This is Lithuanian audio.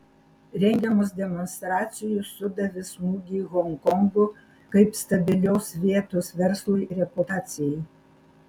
rengiamos demonstracijos sudavė smūgį honkongo kaip stabilios vietos verslui reputacijai